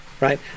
Right